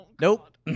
nope